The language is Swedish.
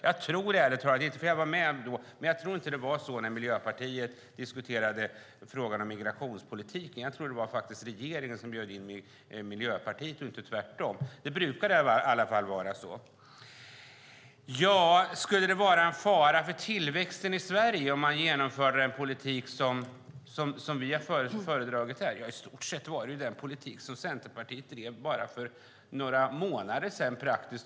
Jag var inte med när Miljöpartiet diskuterade migrationspolitik med regeringen, men jag tror att det var regeringen som bjöd in Miljöpartiet och inte tvärtom. Så brukar det i alla fall vara. Skulle det vara en fara för tillväxten i Sverige om man genomförde den politik som vi har föreslagit? Det är i stort sett den politik som Centerpartiet drev till för bara några månader sedan.